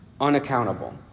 Unaccountable